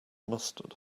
mustard